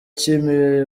kiri